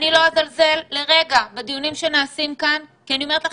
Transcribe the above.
אני לא אזלזל לרגע בדיונים שנעשים כאן כי אני אומרת לכם,